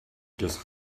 just